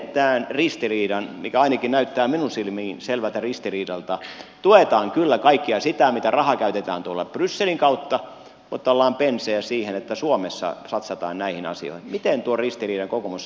miten tämän ristiriidan joka ainakin näyttää minun silmiini selvältä ristiriidalta tuetaan kyllä kaikkea sitä mitä rahaa käytetään tuolla brysselin kautta mutta ollaan penseitä sitä kohtaan että suomessa satsataan näihin asioihin kokoomus selittää